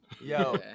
Yo